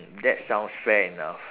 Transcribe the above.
that sounds fair enough